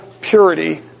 purity